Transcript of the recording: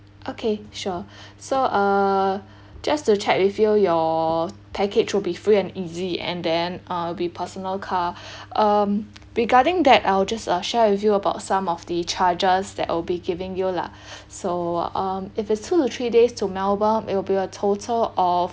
okay sure so uh just to check with you your package will be free and easy and then uh will be personal car um regarding that I'll just uh share with you about some of the charges that'll be giving you lah so um if it's two to three days to melbourne it'll be a total of